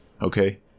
okay